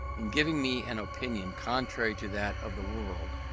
in giving me an opinion contrary to that of the world,